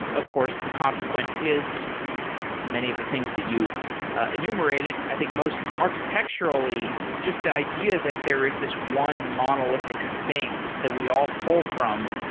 of course, the consequence is many of the things that you enumerated, i think most architecturally, just the idea that there is this one monolithic thing that we all pull from.